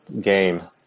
game